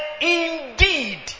indeed